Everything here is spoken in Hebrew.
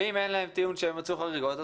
ואם אין להם טיעון שהם מצאו חריגות,